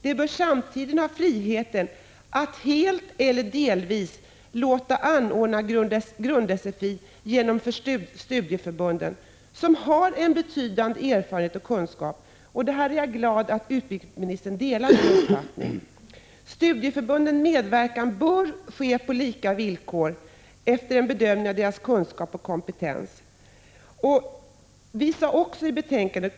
Den bör samtidigt ha friheten att helt eller delvis låta anordna grund-sfi genom studieförbunden som har en betydande erfarenhet och kunskap på området.” Jag är glad åt att utbildningsministern här delar min uppfattning. Utskottet sade också i betänkandet: ”Studieförbundens medverkan bör ske på lika villkor efter bedömning av deras kompetens och erfarenhet.